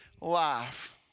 life